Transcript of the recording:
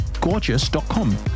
gorgeous.com